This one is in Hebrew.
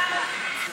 למה?